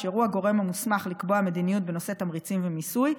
אשר הוא הגורם המוסמך לקבוע מדיניות בנושא תמריצים ומיסוי,